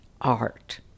art